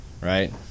right